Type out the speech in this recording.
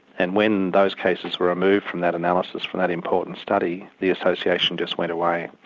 and when those cases were removed from that analysis for that important study, the association just went away.